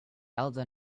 elsa